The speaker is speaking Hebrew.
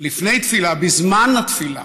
לפני תפילה, בזמן התפילה,